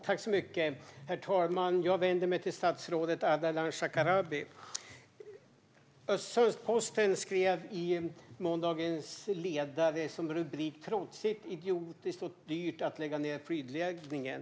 Herr talman! Jag vänder mig till statsrådet Ardalan Shekarabi. Östersunds-Posten skrev i måndagens ledare att det är trotsigt, idiotiskt och dyrt att lägga ned flygledningen.